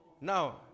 Now